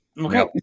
Okay